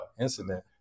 incident